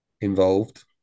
involved